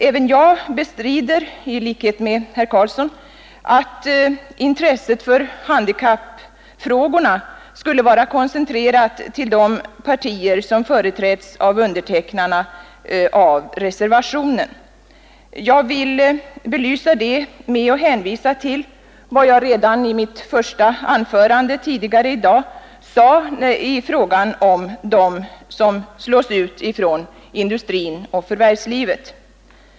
Även jag bestrider — i likhet med herr Karlsson — att intresset för handikappfrågorna skulle vara koncentrerat till de partier som företräds av undertecknarna av reservationen. Jag vill belysa detta med att hänvisa till vad jag redan i mitt första anförande tidigare i dag sade i fråga om dem som slås ut från industrin och förvärvslivet.